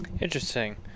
interesting